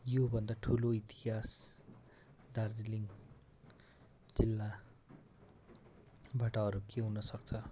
यो भन्दा ठुलो इतिहास दार्जिलिङ जिल्लाबाट अरू के हुन सक्छ